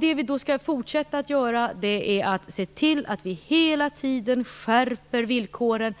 Vi skall fortsätta att se till att vi hela tiden skärper villkoren.